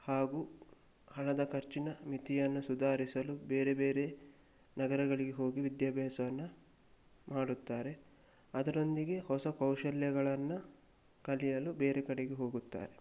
ಹಾಗೂ ಹಣದ ಖರ್ಚಿನ ಮಿತಿಯನ್ನು ಸುಧಾರಿಸಲು ಬೇರೆ ಬೇರೆ ನಗರಗಳಿಗೆ ಹೋಗಿ ವಿದ್ಯಾಭ್ಯಾಸವನ್ನು ಮಾಡುತ್ತಾರೆ ಅದರೊಂದಿಗೆ ಹೊಸ ಕೌಶಲ್ಯಗಳನ್ನು ಕಲಿಯಲು ಬೇರೆ ಕಡೆಗೆ ಹೋಗುತ್ತಾರೆ